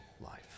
life